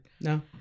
no